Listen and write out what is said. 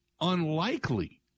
unlikely